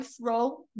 role